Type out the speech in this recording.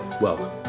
welcome